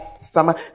summer